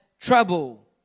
trouble